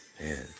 Man